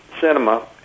cinema